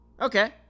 Okay